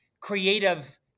creative